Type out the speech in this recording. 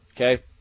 okay